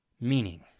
Meaning